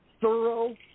thorough